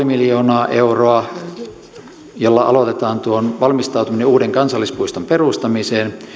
miljoonaa euroa siihen että aloitetaan tuo valmistautuminen uuden kansallispuiston perustamiseen